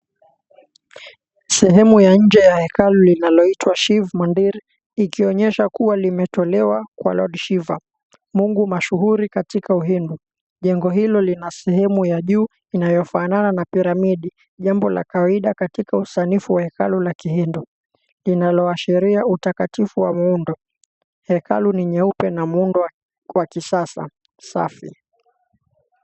Sehemu ya nje ya hekalu linaloitwa shiv mandir likionyeshwa kuwa limetolewa kwa lord Shiva Mungu mashuhuri katika uhindu, jengo lina sehemu ya juu linalofanana na pyramid jambo la kawaida katika usanifu wa hekalu la kihindi linaloashiria utakatifu wa muundo hekalu ni jeupe na muundo wa kisasa safi.